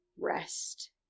rest